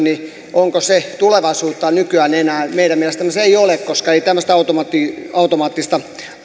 onko se tulevaisuutta nykyään enää meidän mielestämme se ei ole koska ei tämmöistä automaattista automaattista